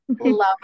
love